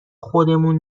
خودمون